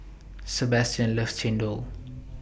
Sebastian loves Chendol